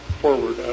forward